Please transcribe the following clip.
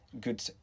good